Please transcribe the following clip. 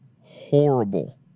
horrible